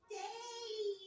day